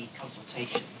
consultation